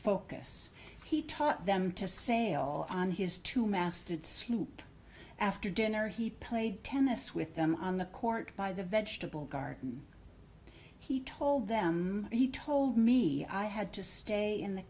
focus he taught them to sail on his two masted sleep after dinner he played tennis with them on the court by the vegetable garden he told them he told me i had to stay in the